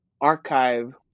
archive